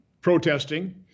protesting